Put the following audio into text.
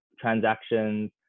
transactions